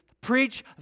Preach